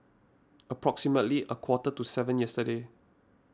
approximately a quarter to seven yesterday